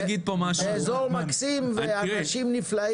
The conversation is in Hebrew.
אני חייב להגיד פה משהו --- אזור מקסים ואנשים נפלאים,